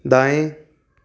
दाएँ